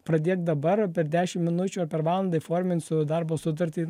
pradėt dabar o per dešim minučių ar per valandą įforminsiu darbo sutartį